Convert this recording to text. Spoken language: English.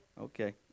Okay